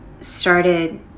started